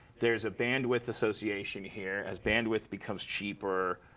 there's a bandwidth association here. as bandwidth becomes cheaper,